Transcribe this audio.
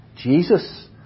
Jesus